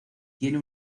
tiene